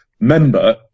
member